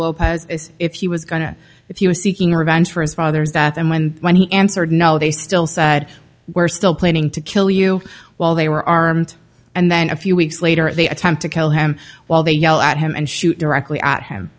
lopez if he was going to if you were seeking revenge for his father's death and when when he answered no they still said we're still planning to kill you while they were armed and then a few weeks later they attempt to kill him while they yell at him and shoot directly